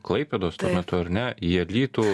klaipėdos tuo metu ar ne į alytų